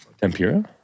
Tempura